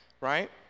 right